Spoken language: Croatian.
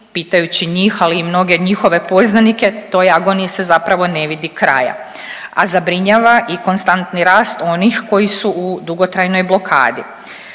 Pitajući njih, ali i mnoge njihove poznanike toj agoniji se zapravo ne vidi kraja. A zabrinjava i konstantni rast onih koji su dugotrajnoj blokadi.